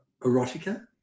Erotica